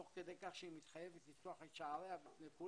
תוך כדי כך שהיא מתחיבת לפתוח את שעריה לכולם,